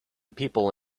people